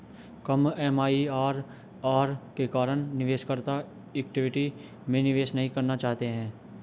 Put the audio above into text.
कम MIRR के कारण निवेशकर्ता इक्विटी में निवेश नहीं करना चाहते हैं